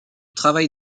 travaille